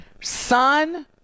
son